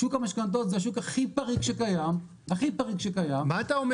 שוק המשכנתאות זה השוק הכי פריק שקיים --- מה אתה אומר